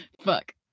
Fuck